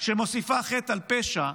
שמוסיפה חטא על פשע,